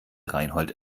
reinhold